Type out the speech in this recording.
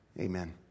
amen